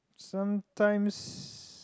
sometimes